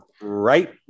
right